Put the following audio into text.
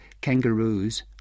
kangaroos